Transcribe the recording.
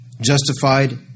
justified